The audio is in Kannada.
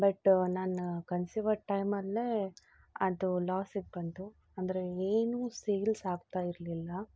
ಬಟ್ ನಾನು ಕನ್ಸಿವ್ ಟೈಮಲ್ಲೇ ಅದು ಲಾಸಿಗೆ ಬಂತು ಅಂದರೆ ಏನು ಸೇಲ್ಸ್ ಆಗ್ತಾಯಿರ್ಲಿಲ್ಲ